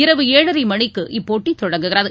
இரவு ஏழரைமணிக்கு இப்போட்டிதொடங்குகிறது